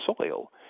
soil